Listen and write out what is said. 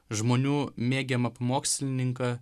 žmonių mėgiamą pamokslininką